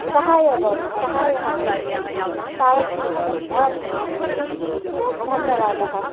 सहायः भव सहायः भवति तावत् क्लिष्टं न भवति धन्यवादः